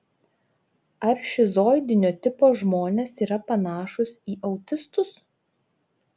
ar šizoidinio tipo žmonės yra panašūs į autistus